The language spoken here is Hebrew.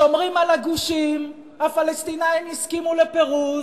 שומרים על הגושים, הפלסטינים הסכימו לפירוז,